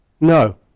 No